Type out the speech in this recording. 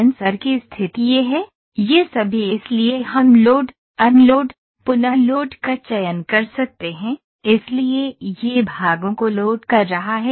sensor की स्थिति यह है ये सभी इसलिए हम लोड अनलोड पुनः लोड का चयन कर सकते हैं इसलिए यह भागों को लोड कर रहा है